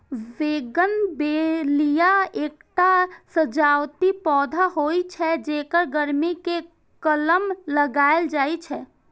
bougainvillea एकटा सजावटी पौधा होइ छै, जेकर गर्मी मे कलम लगाएल जाइ छै